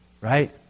right